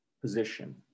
position